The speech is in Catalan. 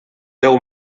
deu